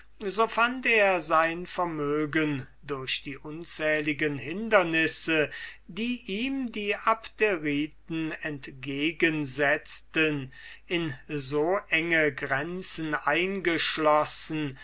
so fand er sein vermögen durch die unzähligen hindernisse die ihm die abderiten entgegensetzten in so enge grenzen eingeschlossen